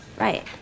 Right